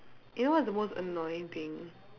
you know what's the most annoying thing